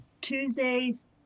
Tuesdays